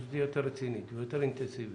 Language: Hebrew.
ההתייחסות תהיה יותר רצינית ויותר אינטנסיבית.